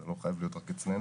זה לא חייב להיות רק אצלנו